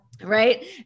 right